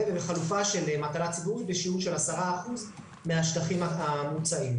ובחלופה של מטלה ציבורית בשיעור של 10% מהשטחים המוצעים.